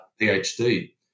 PhD